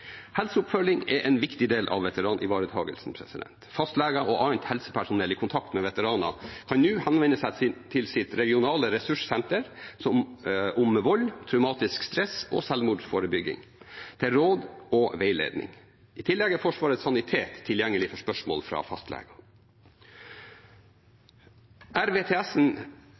Helseoppfølging er en viktig del av veteranivaretakelsen. Fastleger og annet helsepersonell i kontakt med veteraner kan nå henvende seg til sitt regionale ressurssenter om vold, traumatisk stress og selvmordsforebygging for råd og veiledning. I tillegg er Forsvarets sanitet tilgjengelig for spørsmål fra